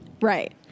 Right